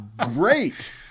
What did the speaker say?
Great